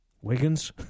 Wiggins